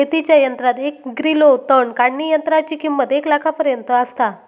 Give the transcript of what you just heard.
शेतीच्या यंत्रात एक ग्रिलो तण काढणीयंत्राची किंमत एक लाखापर्यंत आसता